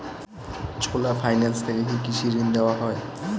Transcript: চোলা finance থেকে কি কৃষি ঋণ দেওয়া হয়?